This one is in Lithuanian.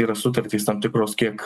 yra sutartys tam tikros kiek